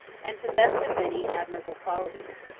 and possessed of many admirable qualities.